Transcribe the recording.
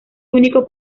único